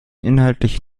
inhaltlich